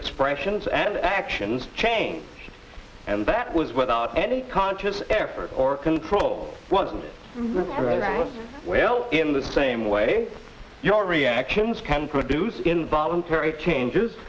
expressions and actions change and that was without any conscious effort or control it wasn't well in the same way your reactions can produce involuntary changes